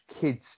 kids